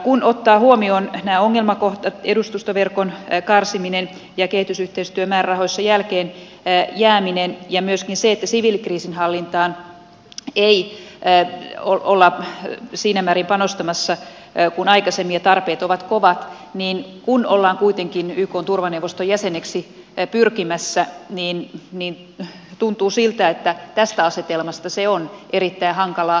kun ottaa huomioon nämä ongelmakohdat edustustoverkon karsimisen ja kehitysyhteistyömäärärahoissa jälkeenjäämisen ja myöskin sen että siviilikriisinhallintaan ei olla panostamassa siinä määrin kuin aikaisemmin ja tarpeet ovat kovat ja kun ollaan kuitenkin ykn turvaneuvoston jäseneksi pyrkimässä tuntuu siltä että tästä asetelmasta se on erittäin hankalaa